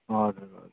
हजुर हजुर